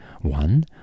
One